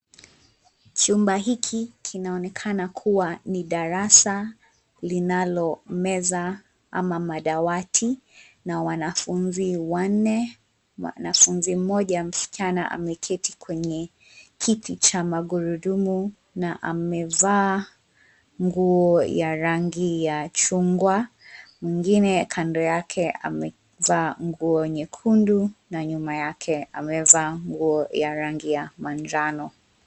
Chumba hiki kinaonekana kuwa ni darasa linalo meza ama madawati na wanafunzi wanne. Mwanafunzi mmoja msichana ameketi kwenye kiti cha magurudumu na amevaa nguo ya rangi ya chungwa , mwingine kando yake amevaa nguo nyekundu na nyuma yake amevaa nguo ya rangi ya manjano.